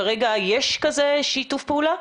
כרגע יש כזה שיתוף פעולה?